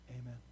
amen